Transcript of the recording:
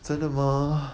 真的吗